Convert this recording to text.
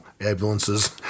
ambulances